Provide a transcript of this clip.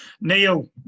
Neil